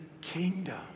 kingdom